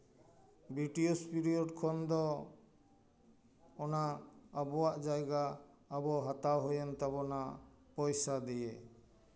British period ᱠᱷᱚᱱ ᱫᱚ ᱚᱱᱟ ᱟᱵᱚᱣᱟᱜ ᱡᱟᱭᱜᱟ ᱟᱵᱚ ᱦᱟᱛᱟᱣ ᱦᱩᱭᱮᱱ ᱛᱟᱵᱳᱱᱟ ᱯᱚᱭᱥᱟ ᱫᱤᱭᱮ